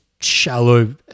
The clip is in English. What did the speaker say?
shallow